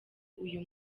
uyu